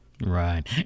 Right